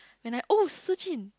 when I oh Shi Jun